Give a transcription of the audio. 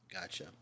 Gotcha